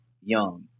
Young